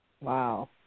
Wow